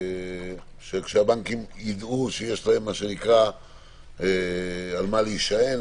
שהבנקים יידעו שיש להם על מה להישען,